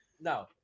no